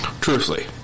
truthfully